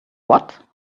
what